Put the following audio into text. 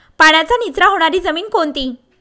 पाण्याचा निचरा होणारी जमीन कोणती?